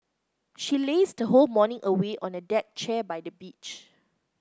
she lazed whole morning away on a deck chair by the beach